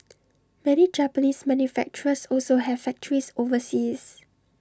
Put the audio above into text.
many Japanese manufacturers also have factories overseas